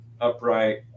upright